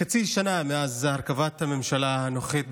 חצי שנה מאז הרכבת הממשלה הנוכחית,